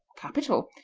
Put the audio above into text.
capital.